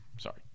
sorry